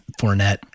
Fournette